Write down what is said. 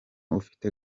ufite